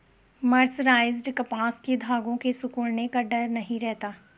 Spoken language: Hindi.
मर्सराइज्ड कपास के धागों के सिकुड़ने का डर नहीं रहता